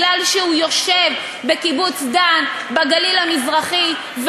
מכיוון שהוא יושב בקיבוץ דן בגליל המזרחי,